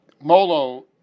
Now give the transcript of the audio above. Molo